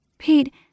Pete